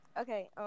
Okay